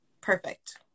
perfect